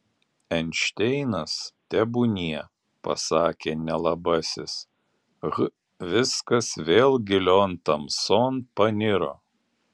einšteinas tebūnie pasakė nelabasis h viskas vėl gilion tamson paniro